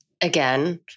Again